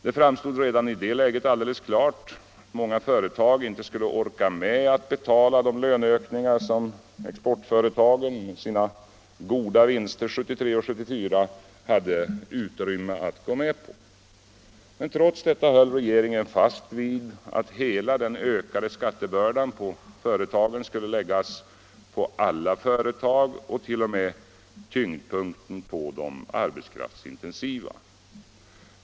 Det framstod redan i det läget alldeles klart att många företag inte skulle orka med att betala de löneökningar som exportföretagen —- med sina goda vinster 1973 och 1974 — hade utrymme att gå med på. Trots detta höll regeringen fast vid att hela den ökade skattebördan på företagen skulle läggas på alla företag och t.o.m. tyngdpunkten på de arbetskraftsintensiva.